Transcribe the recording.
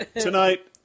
tonight